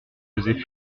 faisait